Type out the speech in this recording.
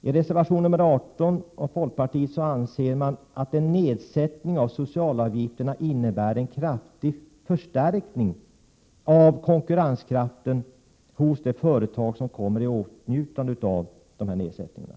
I reservation 18 av folkpartiet framför man att en nedsättning av socialavgifterna innebär en kraftig förstärkning av konkurrenskraften hos de företag som kommer i åtnjutande av nedsättningen.